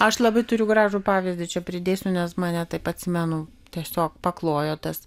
aš labai turiu gražų pavyzdį čia pridėsiu nes mane taip atsimenu tiesiog paklojo tas